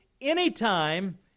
anytime